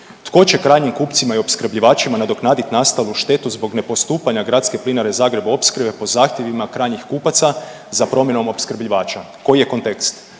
Tko će krajnjim kupcima i opskrbljivačima nadoknadit nastalu štetu zbog nepostupanja Gradske plinare Zagreb Opskrbe po zahtjevima krajnjih kupaca za promjenom opskrbljivača, koji je kontekst?